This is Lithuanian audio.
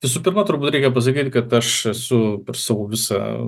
visų pirma turbūt reikia pasakyt kad aš esu savo visą